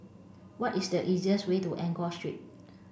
what is the easiest way to Enggor Street